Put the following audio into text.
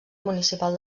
municipal